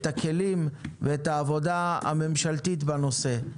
את הכלים ואת העבודה הממשלתית בנושא.